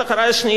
אחת אחרי השנייה,